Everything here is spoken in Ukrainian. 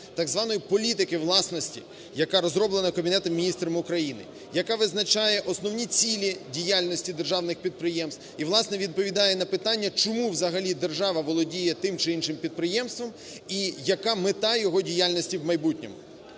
так званої політики власності, яка розроблена Кабінетом Міністрів України. Яка визначає основні цілі діяльності державних підприємств і, власне, відповідає на питання, чому взагалі держава володіє тим чи іншим підприємством, і яка мета його діяльності в майбутньому.